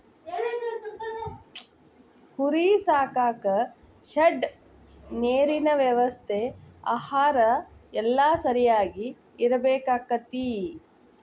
ಕುರಿ ಸಾಕಾಕ ಶೆಡ್ ನೇರಿನ ವ್ಯವಸ್ಥೆ ಆಹಾರಾ ಎಲ್ಲಾ ಸರಿಯಾಗಿ ಇರಬೇಕಕ್ಕತಿ